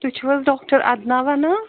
تُہۍ چھِو حظ ڈاکٹَر اَدنان ونان